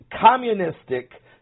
Communistic